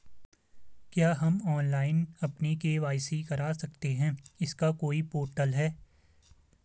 क्या हम ऑनलाइन अपनी के.वाई.सी करा सकते हैं इसका कोई पोर्टल है?